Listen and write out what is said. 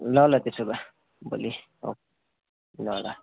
ल ल त्यसो भए भोलि ल ल